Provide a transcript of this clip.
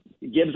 gives